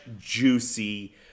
juicy